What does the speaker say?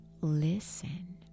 listen